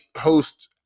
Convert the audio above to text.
host